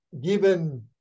given